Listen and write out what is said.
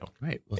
Right